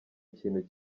ikintu